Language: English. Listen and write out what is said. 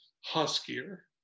huskier